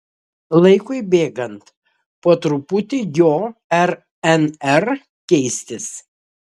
laikui bėgant po truputį jo rnr keistis